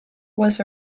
was